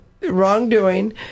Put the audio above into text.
wrongdoing